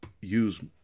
use